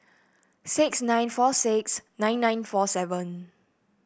six nine four six nine nine four seven